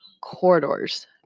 corridors